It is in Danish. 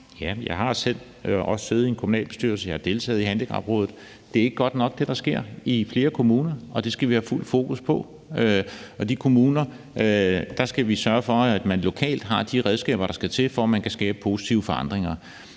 Jeg har også selv siddet i en kommunalbestyrelse. Jeg har deltaget i handicaprådet. Det, der sker i flere kommuner, er ikke godt nok, og det skal vi have fuldt fokus på. I de kommuner skal vi sørge for, at man lokalt har de redskaber, der skal til, for at man kan skabe positive forandringer.